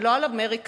ולא על אמריקה,